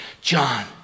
John